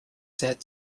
said